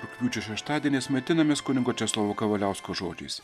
rugpjūčio šeštadienis maitinamės kunigo česlovo kavaliausko žodžiais